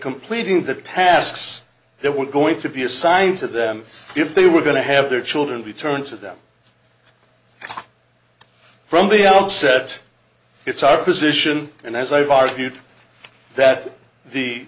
completing the tasks that were going to be assigned to them if they were going to have their children be turned to them from the outset it's our position and as i've argued that the